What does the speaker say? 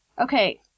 Okay